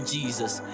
Jesus